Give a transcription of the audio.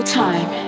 time